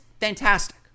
fantastic